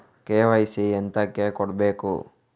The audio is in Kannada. ಕೆ.ವೈ.ಸಿ ಎಂತಕೆ ಕೊಡ್ಬೇಕು?